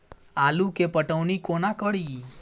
आलु केँ पटौनी कोना कड़ी?